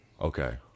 Okay